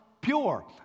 pure